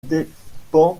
dépend